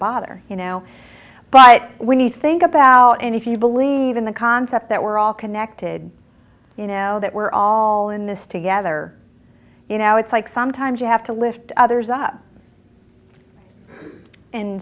bother you now but when you think about and if you believe in the concept that we're all connected you know that we're all in this together you know it's like sometimes you have to lift others up and